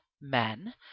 men